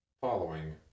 following